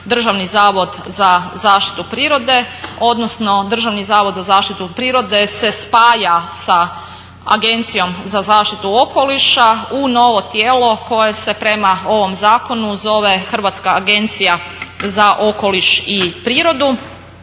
Državni zavod za zaštitu prirode odnosno Državni zavod za zaštitu prirode se spaja sa Agencijom za zaštitu okoliša u novo tijelo koje se prema ovom zakonu zove Hrvatska agencija za okoliš i prirodu.